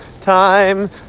time